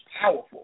powerful